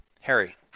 harry